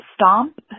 Stomp